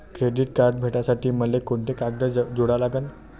Credit card भेटासाठी मले कोंते कागद जोडा लागन?